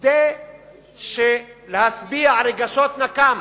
כדי להשביע רגשות נקם